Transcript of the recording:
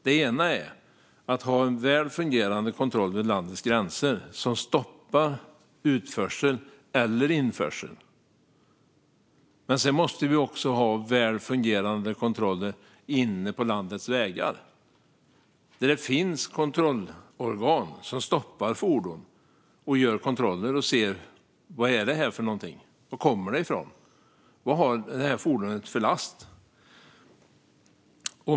Det handlar om att dels ha en väl fungerande kontroll vid landets gränser som stoppar utförsel och införsel, dels ha en väl fungerande kontrollapparat på landets vägar som stoppar fordon och gör kontroller för att se var fordonet kommer från och vad det har för last.